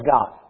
God